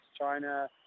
China